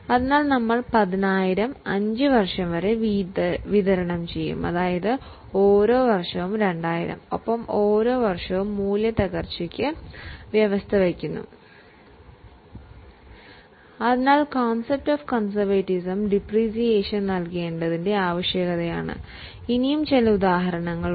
അതിനാൽ 10000 രൂപയെ 5 വർഷത്തിലേക്കു വീതിക്കേണ്ടതാണ് അതായത് ഓരോ വർഷവും 2000 രൂപ ഓരോ വർഷവും പ്രൊവിഷൻ ഫോർ ഡിപ്രീസിയേഷൻ ചെയ്യുന്നു